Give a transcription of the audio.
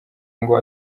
ngo